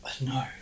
No